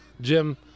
Jim